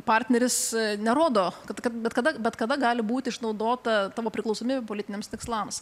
partneris nerodo kad kad bet kada bet kada gali būti išnaudota tavo priklausomybė politiniams tikslams